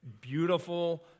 beautiful